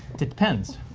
depends.